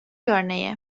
örneği